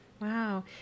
wow